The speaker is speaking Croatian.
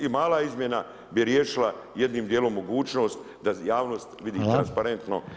I mala izmjena bi riješila jednim djelom mogućnost da javnost vidi transparentno…